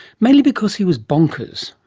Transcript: mainly because he was bonkers,